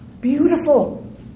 Beautiful